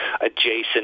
adjacent